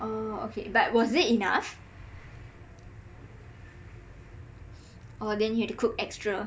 orh okay but was it enough orh then you had to cook extra